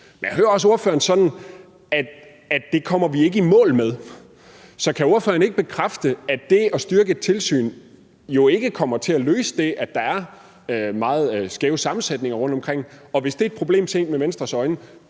men jeg hører også ordføreren sådan, at det kommer vi ikke i mål med. Så kan ordføreren ikke bekræfte, at det at styrke et tilsyn jo ikke kommer til at løse det, at der er meget skæve sammensætninger rundtomkring, og hvis det er et problem set med Venstres øjne,